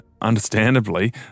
understandably